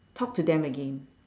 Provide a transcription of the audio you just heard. talk to them again